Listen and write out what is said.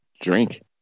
drink